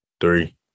three